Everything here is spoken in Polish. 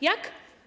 Jak?